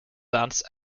dance